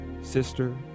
sister